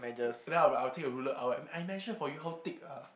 then I'll be like I'll take a ruler I will I measure for you how thick ah